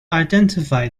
identify